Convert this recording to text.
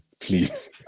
please